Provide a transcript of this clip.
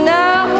now